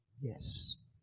Yes